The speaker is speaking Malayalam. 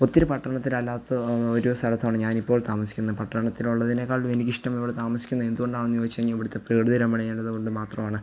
ഒത്തിരി പട്ടണത്തിൽ അല്ലാത്ത ഒരു സ്ഥലത്താണ് ഞാൻ ഇപ്പോൾ താമസിക്കുന്നത് പട്ടണത്തിൽ ഉള്ളതിനേക്കാളും എനിക്കിഷ്ടം ഇവിടെ താമസിക്കുന്നത് എന്തുകൊണ്ടാണെന്ന് ചോദിച്ച് കഴിഞ്ഞാൽ ഇവിടുത്തെ പ്രകൃതിരമണീയത കൊണ്ട് മാത്രമാണ്